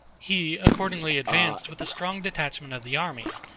he accordingly advanced with a strong detachment of the army,